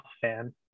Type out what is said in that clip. fan